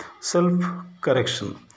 self-correction